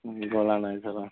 ହୁଁ ଗଲା ନାଇ ତାର